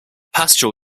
paschal